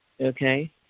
okay